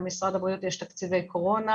למשרד הבריאות יש תקציבי קורונה